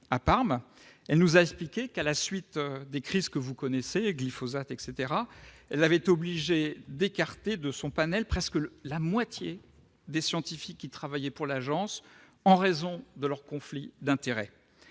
à Parme. Elle nous a expliqué que, à la suite des crises que vous connaissez- glyphosate ...-, elle avait été obligée d'écarter de son panel presque la moitié des scientifiques qui travaillaient pour l'agence en raison de leurs conflits d'intérêts.